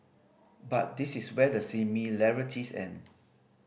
but this is where the similarities end